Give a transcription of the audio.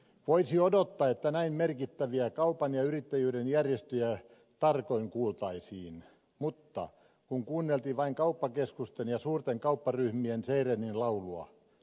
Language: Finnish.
voisi odottaa että näin merkittäviä kaupan ja yrittäjyyden järjestöjä tarkoin kuultaisiin mutta kun kuunneltiin vain kauppakeskusten ja suurten kaupparyhmien seireenien laulua